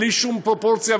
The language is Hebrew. בלי שום פרופורציה,